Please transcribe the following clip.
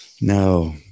No